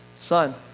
Son